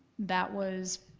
that was